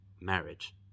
marriage